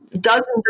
dozens